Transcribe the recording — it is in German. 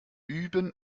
üben